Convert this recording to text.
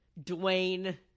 Dwayne